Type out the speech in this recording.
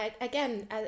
Again